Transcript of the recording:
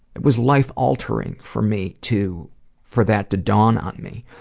it was life-altering for me to for that to dawn on me.